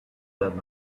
that